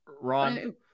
Ron